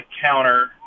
counter